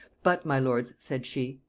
but, my lords, said she,